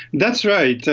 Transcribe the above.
that's right.